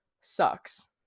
sucks